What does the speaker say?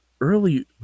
Early